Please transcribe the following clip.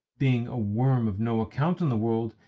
being a worm of no account in the world,